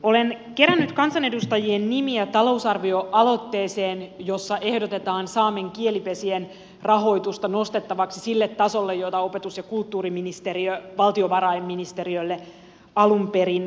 olen kerännyt kansanedustajien nimiä talousarvioaloitteeseen jossa ehdotetaan saamen kielipesien rahoitusta nostettavaksi sille tasolle jota opetus ja kulttuuriministeriö valtiovarainministeriölle alun perin ehdotti